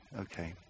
Okay